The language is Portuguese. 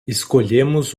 escolhemos